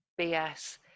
BS